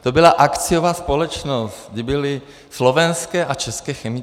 To byla akciová společnost, kde byly slovenské a české chemičky.